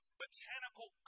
botanical